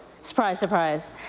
surprise, surprise.